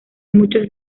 muchos